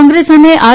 કોંગ્રેસ અને આર